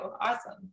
Awesome